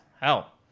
hell